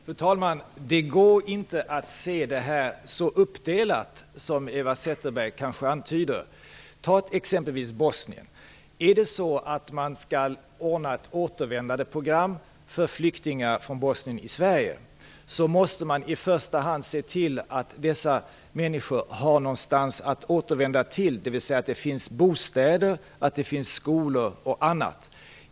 Fru talman! Det går inte att se det här så uppdelat som Eva Zetterberg antyder. Om man skall ordna ett återvändandeprogram från Sverige för flyktingar från Bosnien t.ex. måste man i första hand se till att de har något att återvända till, dvs. att det finns bostäder och skolor.